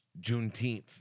Juneteenth